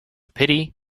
pity